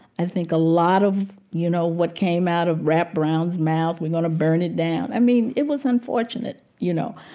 i think a lot of, you know, what came out of rap brown's mouth, we're going to burn it down, i mean, it was unfortunate, you know.